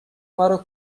مرا